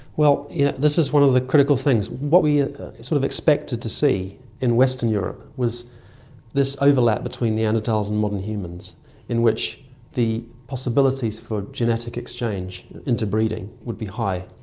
yeah this is one of the critical things. what we sort of expected to see in western europe was this overlap between neanderthals and modern humans in which the possibilities for genetic exchange, interbreeding, would be high.